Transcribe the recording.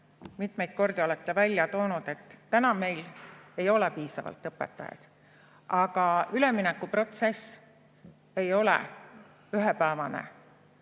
mitmeid kordi olete välja toonud, et täna meil ei ole piisavalt õpetajaid. Aga üleminekuprotsess ei ole ühepäevane.